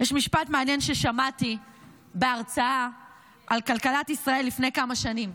יש משפט מעניין ששמעתי בהרצאה על כלכלת ישראל לפני כמה שנים.